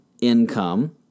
income